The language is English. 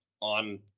on